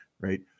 right